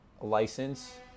license